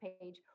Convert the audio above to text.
page